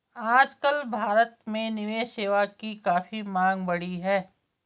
आजकल भारत में निवेश सेवा की काफी मांग बढ़ी है